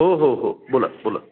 हो हो हो बोला बोला